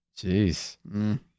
Jeez